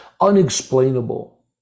unexplainable